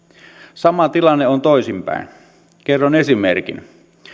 sama tilanne on toisinpäin kerron esimerkin